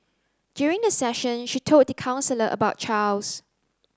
during the session she told the counsellor about Charles